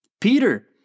Peter